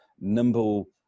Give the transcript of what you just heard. nimble